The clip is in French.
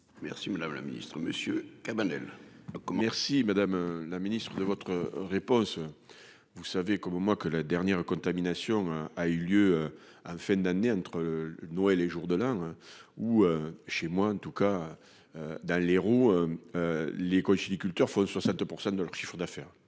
Merci Madame la Ministre Monsieur Cabanel. Merci, madame la Ministre, de votre réponse. Vous savez comme moi que la dernière contamination a eu lieu en fin d'année entre Noël et jour de l'un ou chez moi en tout cas. Dans l'Hérault. Les conchyliculteurs font 60% de leur chiffre d'affaires.